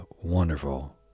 wonderful